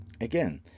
Again